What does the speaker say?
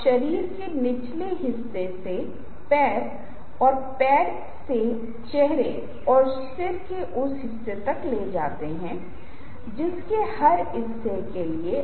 या आप हमारे बारे में कहने के लिए एक प्रस्तुति बना रहे हैं पर्यावरण और आपकी प्रस्तुति की शुरुआत में आपके पास पर्यावरण के बारे में एक छवि है